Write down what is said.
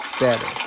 better